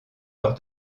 lors